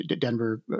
Denver